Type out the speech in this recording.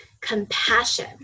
compassion